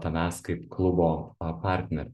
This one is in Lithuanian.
tavęs kaip klubo partnerio